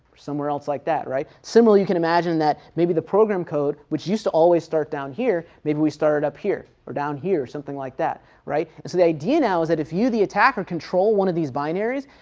somewhere else like that, right. similarly you can imagine that maybe the program code which used to always start down here, maybe we start it up here, or down here, or something like that, right. so the idea now is that if you, the attacker, control one of these binary's,